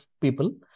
people